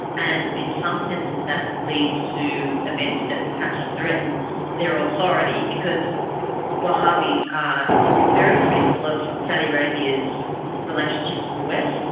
and in some senses that leads to events that perhaps threaten their authority because wahhabis are very critical of saudi arabia's relationship to the west,